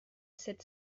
sept